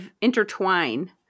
intertwine